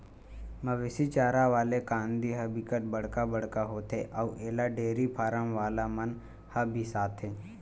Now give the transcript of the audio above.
मवेशी चारा वाला कांदी ह बिकट बड़का बड़का होथे अउ एला डेयरी फारम वाला मन ह बिसाथे